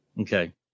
Okay